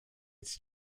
its